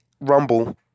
Rumble